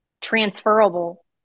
transferable